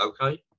Okay